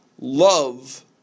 love